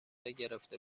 گرفته